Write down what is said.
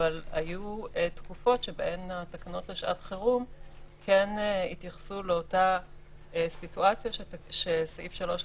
אבל היו תקופות שבהן הן כן התייחסו לאותו מצב שסעיף 3-